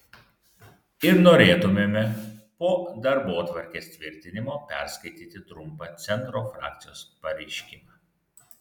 ir norėtumėme po darbotvarkės tvirtinimo perskaityti trumpą centro frakcijos pareiškimą